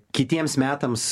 kitiems metams